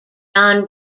john